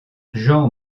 jean